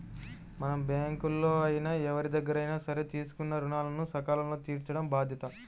మనం బ్యేంకుల్లో అయినా ఎవరిదగ్గరైనా సరే తీసుకున్న రుణాలను సకాలంలో తీర్చటం బాధ్యత